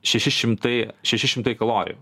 šeši šimtai šeši šimtai kalorijų